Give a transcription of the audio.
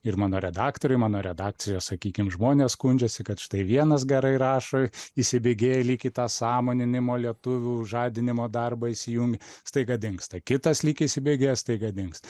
ir mano redaktoriui mano redakcijos sakykim žmonės skundžiasi kad štai vienas gerai rašo įsibėgėja lyg į tą sąmoninimo lietuvių žadinimo darbą įsijungia staiga dingsta kitas lyg įsibėgėja staiga dingsta